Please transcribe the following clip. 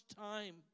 time